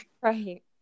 right